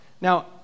Now